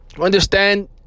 understand